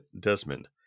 Desmond